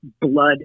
blood